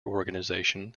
organization